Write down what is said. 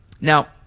Now